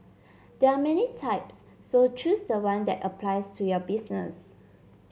there are many types so choose the one that applies to your business